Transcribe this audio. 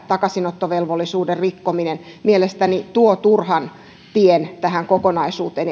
takaisinottovelvollisuuden rikkominen mielestäni tuo turhan tien tähän kokonaisuuteen